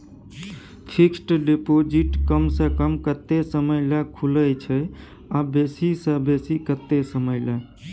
Fixed deposit कम स कम कत्ते समय ल खुले छै आ बेसी स बेसी केत्ते समय ल?